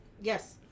Yes